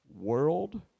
world